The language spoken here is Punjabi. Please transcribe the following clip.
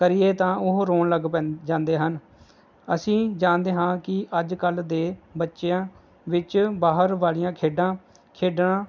ਕਰੀਏ ਤਾਂ ਉਹ ਰੋਣ ਲੱਗ ਪੈਂ ਜਾਂਦੇ ਹਨ ਅਸੀਂ ਜਾਣਦੇ ਹਾਂ ਕਿ ਅੱਜ ਕੱਲ੍ਹ ਦੇ ਬੱਚਿਆਂ ਵਿੱਚ ਬਾਹਰ ਵਾਲੀਆਂ ਖੇਡਾਂ ਖੇਡਣਾ